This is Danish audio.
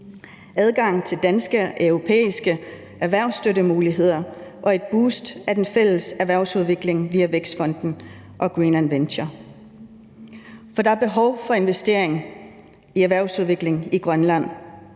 adgang til danske og europæiske støttemuligheder og et boost til den fælles erhvervsudvikling via Vækstfonden og Greenland Venture. Kl. 16:17 For der er behov for investeringer i erhvervsudvikling i Grønland.